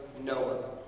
Noah